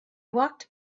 walked